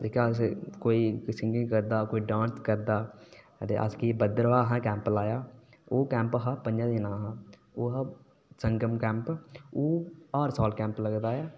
ते जेह्का कोई सिंगिंग करदा कोई डांस करदा ते अस फ्ही भद्रवाह् कैम्प लाया ओह् कैम्प हा पंजें दिने दा ओह् हा संगम कैम्प ओह् हर साल कैम्प लगदा